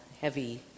heavy